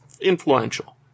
influential